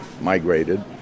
migrated